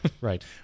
Right